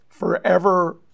Forever